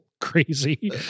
crazy